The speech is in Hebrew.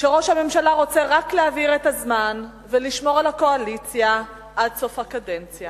שראש הממשלה רוצה להעביר את הזמן ולשמור על הקואליציה עד סוף הקדנציה.